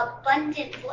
abundant